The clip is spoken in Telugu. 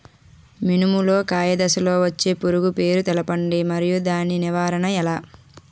మినుము లో కాయ దశలో వచ్చే పురుగు పేరును తెలపండి? మరియు దాని నివారణ ఎలా?